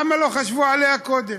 למה לא חשבו עליה קודם?